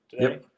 Today